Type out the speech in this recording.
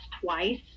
twice